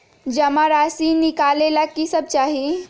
जमा राशि नकालेला कि सब चाहि?